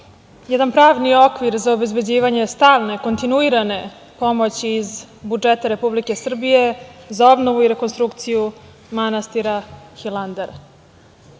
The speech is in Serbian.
jedan pravni okvir za obezbeđivanje stalne, kontinuirane pomoći iz budžeta Republike Srbije za obnovu i rekonstrukciju manastira Hilandar. Ja